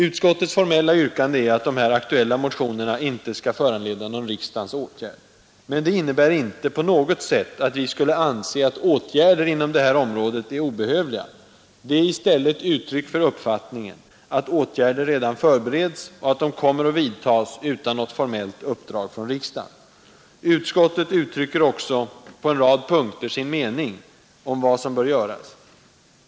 Utskottets formella yrkande är att de aktuella motionerna inte skall föranleda någon riksdagens åtgärd. Det innebär dock inte på något sätt att vi skulle anse åtgärder inom det aktuella området obehövliga. Det är i stället uttryck för uppfattningen att åtgärder redan förbereds och kommer att vidtagas utan något formellt uppdrag från riksdagen Utskottet uttrycker också på en rad punkter sin mening om vad som bör göras.